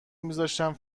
میذاشتم